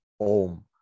Om